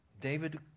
David